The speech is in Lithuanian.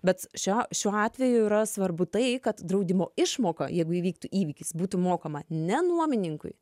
bet šio šiuo atveju yra svarbu tai kad draudimo išmoka jeigu įvyktų įvykis būtų mokama ne nuomininkui